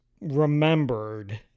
remembered